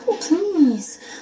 please